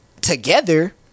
together